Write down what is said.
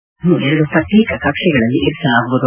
ಇವುಗಳನ್ನು ಎರಡು ಪ್ರತ್ಯೇಕ ಕಕ್ಷೆಗಳಲ್ಲಿ ಇರಿಸಲಾಗುವುದು